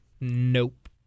Nope